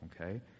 okay